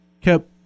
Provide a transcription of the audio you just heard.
kept